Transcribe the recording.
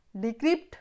decrypt